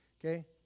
Okay